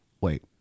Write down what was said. Wait